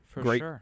Great